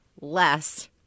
less